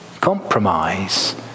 compromise